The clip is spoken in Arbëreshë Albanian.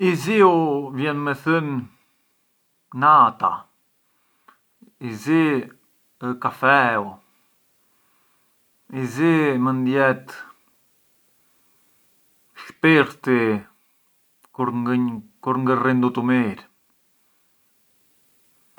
Mua mëpërqen të i bie te kitarra, u i bie te kitarra, zëra fill tet vjet prapa zura fill e di të kumpanjarem, di të bunj gli accordi, di të shkruanj, di të bunj… gjagjë di të e bunj, u pianoforte ngë kam… ngë kam e rarë kurrë.